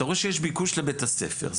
אתה רואה שיש ביקוש לבית הספר,